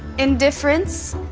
indifference,